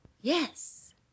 Yes